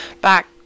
back